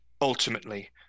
ultimately